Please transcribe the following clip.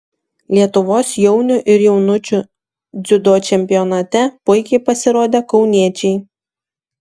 lietuvos jaunių ir jaunučių dziudo čempionate puikiai pasirodė kauniečiai